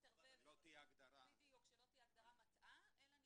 חנות רהיטים,